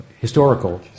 Historical